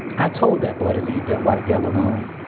i told that boy to leave that white gal alone.